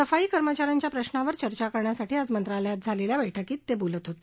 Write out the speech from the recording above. सफाई कर्मचाऱ्यांच्या प्रशांवर चर्चा करण्यासाठी आज मंत्रालयात झालेल्या बैठकीत ते बोलत होते